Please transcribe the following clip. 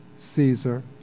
Caesar